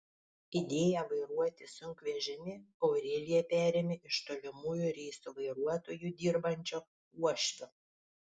idėją vairuoti sunkvežimį aurelija perėmė iš tolimųjų reisų vairuotoju dirbančio uošvio